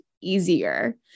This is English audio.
easier